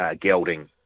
gelding